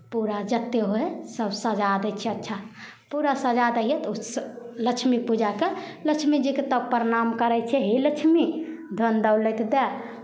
पूरा जतेक होइ हइ सभ सजा दै छियै अच्छा पूरा सजा दै हियै तऽ स् लक्ष्मी पूजाके लक्ष्मीजीके तब प्रणाम करै छियै हे लक्ष्मी धन दौलति दए